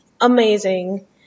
amazing